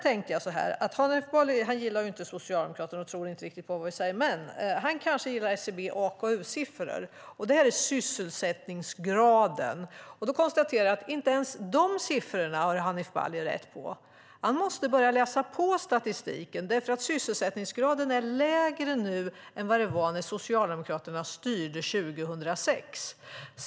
Hanif Bali gillar ju inte Socialdemokraterna och tror inte riktigt på vad vi säger. Men han kanske gillar SCB och AKU-siffror. Där mäter man sysselsättningsgraden. Jag konstaterar att inte ens de siffrorna har Hanif Bali rätt om. Han måste börja läsa på statistiken. Sysselsättningsgraden är lägre nu än den var när Socialdemokraterna styrde 2006.